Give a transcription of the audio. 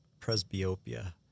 presbyopia